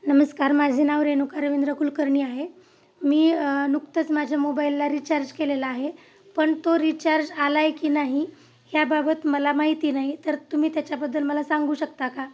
नमस्कार माझे नाव रेणुका रवींद्र कुलकर्णी आहे मी नुकतंच माझ्या मोबाईलला रिचार्ज केलेला आहे पण तो रिचार्ज आला आहे की नाही ह्याबाबत मला माहिती नाही तर तुम्ही त्याच्याबद्दल मला सांगू शकता का